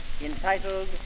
entitled